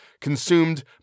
consumed